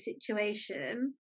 situation